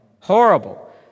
Horrible